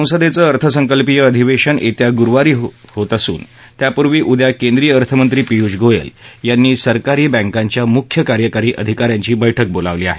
संसदेचं अर्थसंकल्पीय अधिवेशन येत्या गुरुवारी सुरु होत असून त्यापूर्वी आज केंद्रीय अर्थमंत्री पियुष गोयल यांनी सरकारी बँकांच्या मुख्य कार्यकारी अधिका यांची बैठक बोलावली आहे